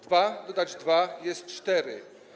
Dwa dodać dwa jest cztery.